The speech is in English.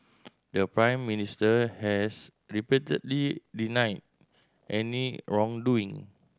the Prime Minister has repeatedly denied any wrongdoing